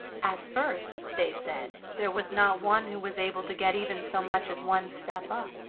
at first, they said, there was not one who was able to get even so much as one step up,